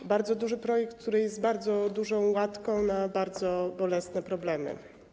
To bardzo duży projekt, który jest bardzo dużą łatką na bardzo bolesne problemy.